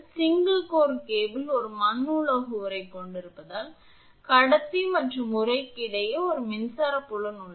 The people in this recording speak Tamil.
சிங்கிள் கோர் கேபிள் ஒரு மண் உலோக உறை கொண்டிருப்பதால் கடத்தி மற்றும் உறைக்கு இடையே ஒரு மின்சார புலம் உள்ளது